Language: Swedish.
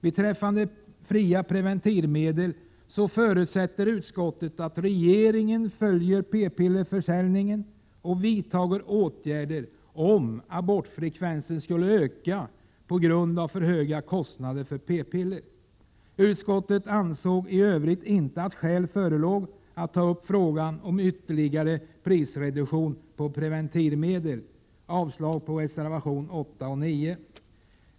Beträffande fria preventivmedel förutsätter utskottet att regeringen följer p-pillerförsäljningen och vidtar åtgärder om abortfrekvensen skulle öka på grund av för höga kostnader för p-piller. Utskottet ansåg i övrigt inte att skäl förelåg att ta upp frågan om ytterligare prisreduktion på preventivmedel. Jag yrkar avslag på reservationerna 8 och 9.